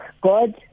God